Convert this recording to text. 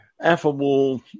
affable